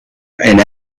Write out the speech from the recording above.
and